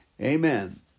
Amen